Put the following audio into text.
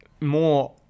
more